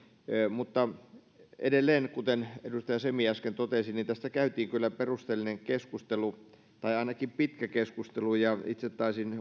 mutta edelleen kuten edustaja semi äsken totesi tästä käytiin kyllä perusteellinen keskustelu tai ainakin pitkä keskustelu ja itse taisin